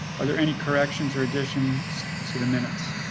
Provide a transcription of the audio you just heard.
are there any corrections or additions to the minutes.